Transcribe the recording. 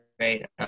Right